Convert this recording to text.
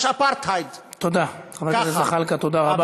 יש אפרטהייד, תודה, חבר הכנסת זחאלקה, תודה רבה.